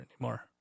anymore